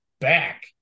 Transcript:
back